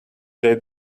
they